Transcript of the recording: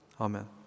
Amen